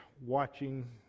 watching